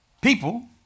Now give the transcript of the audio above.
people